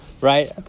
Right